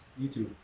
YouTube